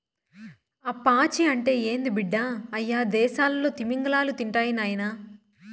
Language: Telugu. ఆ పాచి అంటే ఏంది బిడ్డ, అయ్యదేసాల్లో తిమింగలాలు తింటాయి నాయనా